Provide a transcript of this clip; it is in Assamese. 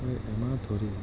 এমাহ ধৰি